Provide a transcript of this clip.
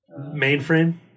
mainframe